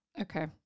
Okay